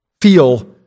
feel